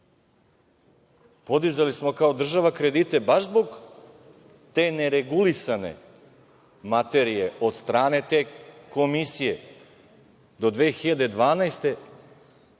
Podizali smo kao država kredite baš zbog te neregulisane materije od strane te komisije do 2012.